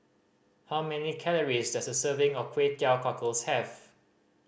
how many calories does a serving of Kway Teow Cockles have